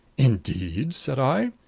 indeed? said i.